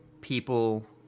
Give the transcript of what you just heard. people